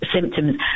symptoms